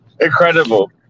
incredible